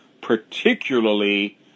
particularly